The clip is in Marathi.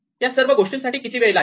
त्या सर्व गोष्टींसाठी किती वेळ लागेल